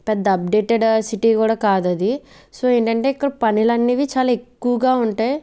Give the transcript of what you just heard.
పెద్ద updated city కూడా కాదది సో ఏంటంటే ఇక్కడ పనులనేవి చాలా ఎక్కువగా ఉంటాయి